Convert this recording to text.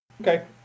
Okay